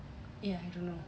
eh I don't know